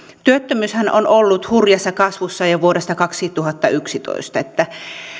työttömyyshän on ollut hurjassa kasvussa jo vuodesta kaksituhattayksitoista niin että